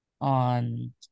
on